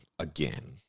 Again